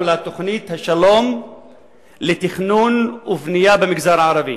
לה: תוכנית השלום לתכנון ובנייה במגזר הערבי.